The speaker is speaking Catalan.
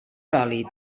sòlid